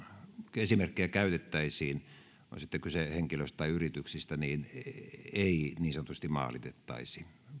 kun esimerkkejä käytetään on sitten kyse henkilöistä tai yrityksistä ei niin sanotusti maalitettaisi